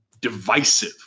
divisive